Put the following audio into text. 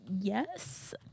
Yes